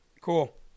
cool